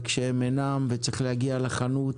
וכשהם אינם וצריך להגיע לחנות,